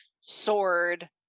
sword